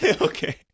okay